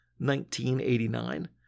1989